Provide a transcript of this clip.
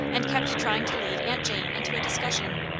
and kept trying to lead aunt jane into a discussion.